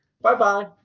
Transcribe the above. Bye-bye